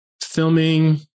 filming